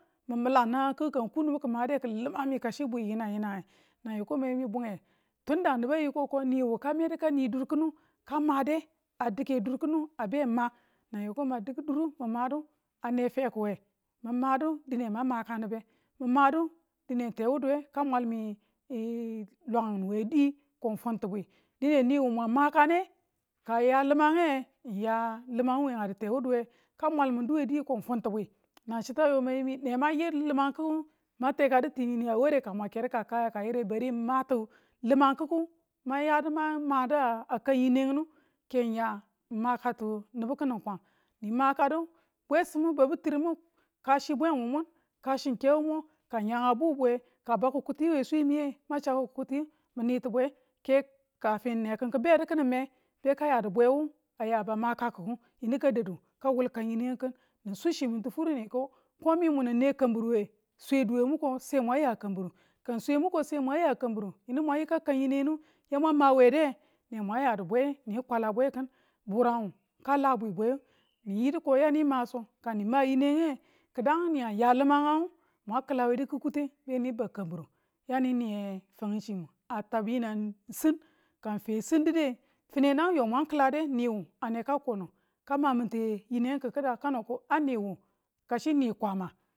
min mila nangang kikku kang ku yinangu nang yeko niba yi ko nii ka medu kani dur kinu ka made a dike durkinu a be ma nang yeko mang diko durminu min madu ane feku we min madu dine mang maka nibe min madu dine n te wuduwe ka mwalmi langin we di ko n funtibwi dine niwu mwang makane ka a ya limange n ya limangu we a di tewuduwe, ka mwal mundu we diye ko ng funtibwe nachitu a yo mi nemang yi limang kiku man tekadu ti nii a ware mwan ker mati limangkikimang ya du ma madu a kan yineng ke ng ya makatu nibu kinin kwang ni makadu bwesimu babu tire mu ka chi bwe wu mun ka chi ng ke wumo ka ng ya a bubuweng ka ba kukuti we swemiye ma chaku kukutiyi mi niti bwe ke nekin ki bedu kini me be ka yadu bwewu aya bamakakiku yinuka dadu ka wul kan yineng kin ni su chi min ti fur ni ko munu ne kambir we swe duwe muko sai mang ya kambir ka ng swe muko sai mwan yakambire yinu mwan yika kan yinengu ne mwan ya bwe mwan kwala bwe burang ka labwi bwe kin yiniu mwang mawede mwi munu ne kamber wenge min kwala bwe, ni yedu ko yani ma so ka nima yineng ng kidang ni aya limang mwan kiladu kuten be ni ba kambiru yani niye fanu chimu a tab yinang siin ka ng fe siin dinu ye finenang yo mwang kilade, nii wu ane ka konu ka mamin ti yening kikida kano ko a nii wu kachi nii kwama.